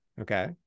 okay